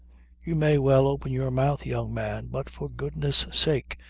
you may well open your mouth, young man. but for goodness' sake,